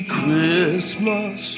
Christmas